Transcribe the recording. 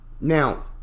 now